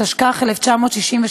התשכ"ח 1968,